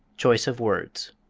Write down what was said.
choice of words